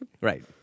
Right